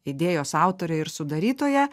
idėjos autorė ir sudarytoja